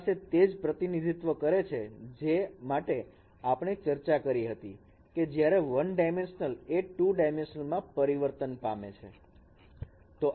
આપણી પાસે તે જ પ્રતિનિધિત્વ કરે છે જે માટે આપણે ચર્ચા કરી હતી કે જ્યારે 1 ડાયમેન્શનલ એ 2 ડાયમેન્શનલ માં પરિવર્તન પામે છે